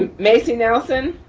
ah macy nelson.